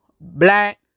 black